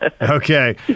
Okay